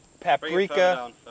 Paprika